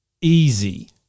easy